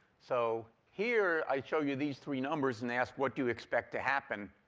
so here i show you these three numbers, and ask what do you expect to happen?